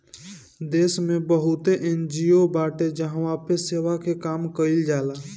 देस में बहुते एन.जी.ओ बाटे जहवा पे सेवा के काम कईल जाला